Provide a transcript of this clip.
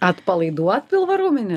atpalaiduot pilvo raumenį